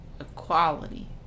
equality